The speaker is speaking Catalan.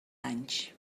anys